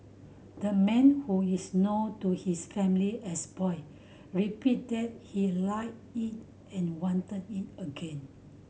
the man who is known to his family as Boy replied he liked it and wanted it again